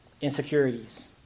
insecurities